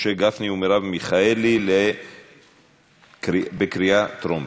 משה גפני ומרב מיכאלי, בקריאה טרומית.